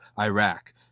iraq